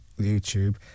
YouTube